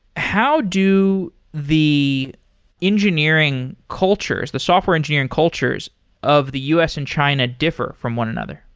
how do the engineering cultures, the software engineering cultures of the u s. and china differ from one another?